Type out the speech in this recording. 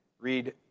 read